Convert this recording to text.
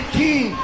king